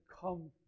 come